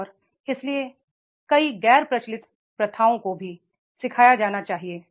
और इसलिए कई गैर प्रचलित प्रथाओं को भी सिखाया जाना चाहिए